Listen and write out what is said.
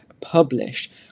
published